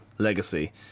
legacy